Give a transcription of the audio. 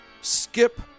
skip